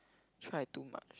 try too much